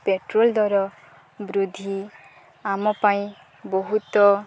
petrol ଦର ବୃଦ୍ଧି ଆମ ପାଇଁ ବହୁତ